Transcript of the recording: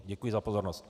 Děkuji za pozornost.